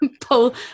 pull